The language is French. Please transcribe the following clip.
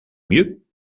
mieux